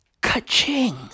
ka-ching